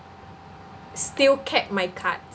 still kept my cards